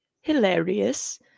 hilarious